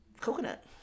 Coconut